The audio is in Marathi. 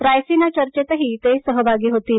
रायसीना चर्चेतही ते सहभागी होतील